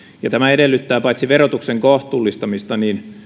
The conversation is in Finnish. tämä edellyttää paitsi verotuksen kohtuullistamista